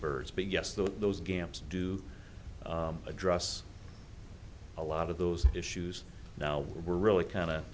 birds but yes those those games do address a lot of those issues now we're really kind